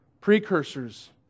precursors